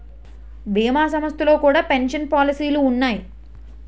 భీమా సంస్థల్లో కూడా పెన్షన్ పాలసీలు ఉన్నాయి